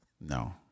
No